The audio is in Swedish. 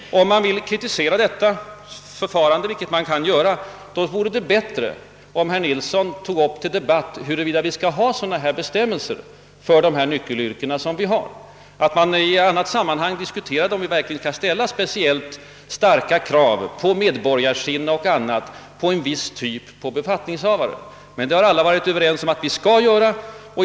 Om herr Nilsson vill kritisera detta förfarande — vilket man naturligtvis kan göra — vore det bättre om han tog upp till debatt huruvida vi bör ställa speciella krav på medborgarsinne och annat på vissa typer av befattningshavare i nyckelyrken. Vi har emellertid alla varit överens om att vi måste göra det.